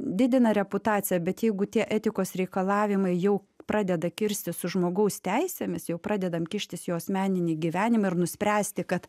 didina reputaciją bet jeigu tie etikos reikalavimai jau pradeda kirstis su žmogaus teisėmis jau pradedam kištis į jo asmeninį gyvenimą ir nuspręsti kad